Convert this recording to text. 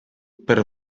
per